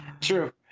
True